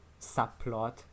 Subplot